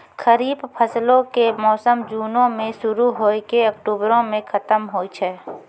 खरीफ फसलो के मौसम जूनो मे शुरु होय के अक्टुबरो मे खतम होय छै